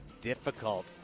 difficult